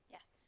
Yes